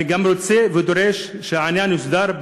אני גם רוצה ודורש שהעניין יוסדר,